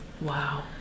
Wow